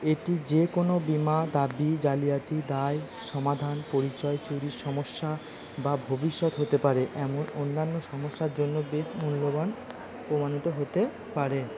এটি যে কোনও বীমা দাবি জালিয়াতি দায় সমাধান পরিচয় চুরির সমস্যা বা ভবিষ্যৎ হতে পারে এমন অন্যান্য সমস্যার জন্য বেশ মূল্যবান প্রমাণিত হতে পারে